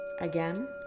again